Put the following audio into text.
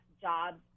jobs